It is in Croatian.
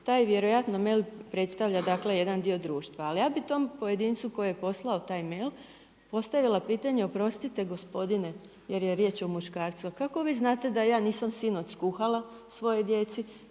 taj vjerojatno mail predstavlja jedan dio društva. Ali ja bi tom pojedincu koji je poslao taj mail postavila pitanje: Oprostite gospodine, jer je riječ o muškarcu, a kako vi znate da ja sinoć nisam skuhala svojoj djeci,